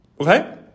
Okay